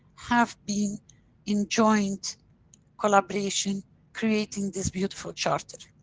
have been in joint collaboration creating this beautiful charter.